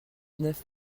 neuf